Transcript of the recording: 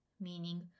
meaning